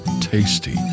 tasty